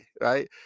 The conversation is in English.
right